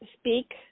speak